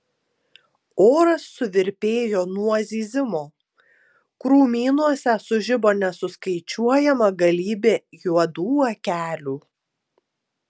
oras suvirpėjo nuo zyzimo krūmynuose sužibo nesuskaičiuojama galybė juodų akelių